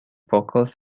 vocals